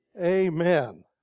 Amen